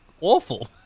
awful